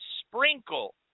sprinkle